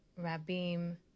rabim